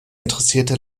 interessierte